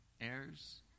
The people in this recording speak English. heirs